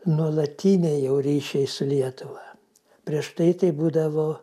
nuolatiniai jau ryšiai su lietuva prieš tai tai būdavo